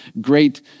great